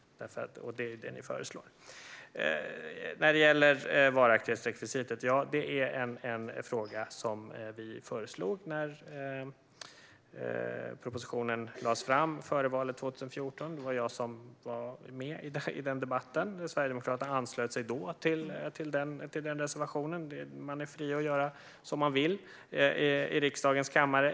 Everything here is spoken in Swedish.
Detta är vad ni föreslår. När det gäller varaktighetsrekvisitet är det en fråga som vi föreslog när propositionen lades fram före valet 2014. Det var jag som var med i den debatten, och Sverigedemokraterna anslöt sig då till reservationen. Man är fri att göra som man vill i riksdagens kammare.